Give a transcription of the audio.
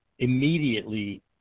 immediately